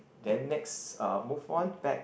then next uh move on back